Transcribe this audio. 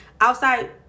outside